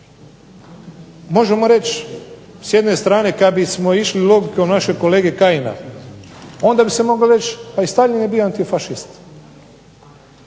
Možemo reći s jedne strane kad bismo išli logikom našeg kolege Kajina onda bi se moglo reći pa i Staljin je bio antifašist.